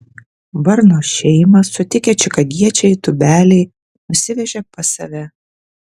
varno šeimą sutikę čikagiečiai tūbeliai nusivežė pas save